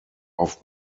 auf